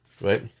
Right